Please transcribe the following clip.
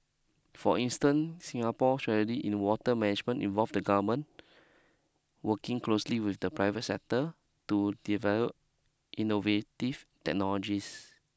for instance Singapore strategy in water management involve the government working closely with the private sector to develop innovative technologies